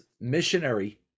missionary